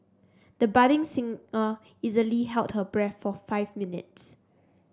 the budding singer easily held her breath for five minutes